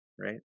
right